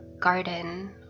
garden